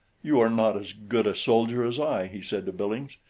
you are not as good a soldier as i, he said to billings.